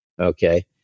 Okay